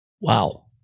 Wow